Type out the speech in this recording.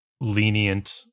lenient